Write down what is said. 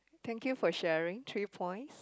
thank you for sharing three points